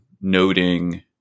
noting